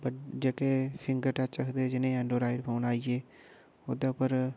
जेह्के finger touch आखदे जि'नें ई एंड्राइड फोन आइये ओह्दे उप्पर